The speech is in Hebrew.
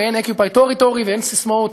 ואין occupied territories, ואין ססמאות